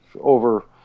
over